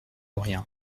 rien